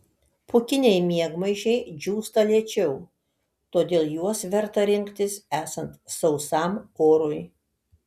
pūkiniai miegmaišiai džiūsta lėčiau todėl juos verta rinktis esant sausam orui